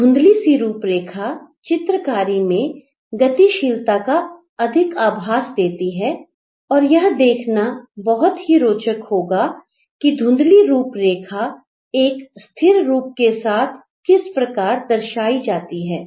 एक धुंधली सी रूपरेखा चित्रकारी में गतिशीलता का अधिक आभास देती है और यह देखना बहुत ही रोचक होगा कि धुंधली रूपरेखा एक स्थिर रूप के साथ किस प्रकार दर्शाई जाती है